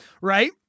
right